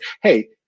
hey